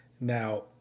Now